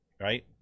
right